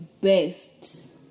best